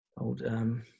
old